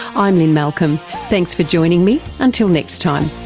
i'm lynne malcolm, thanks for joining me, until next time